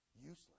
Useless